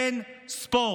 אין ספורט.